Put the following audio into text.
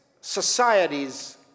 societies